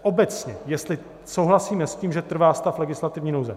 Obecně jestli souhlasíme s tím, že trvá stav legislativní nouze.